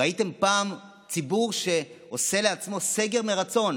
ראיתם פעם ציבור שעושה לעצמו סגר מרצון?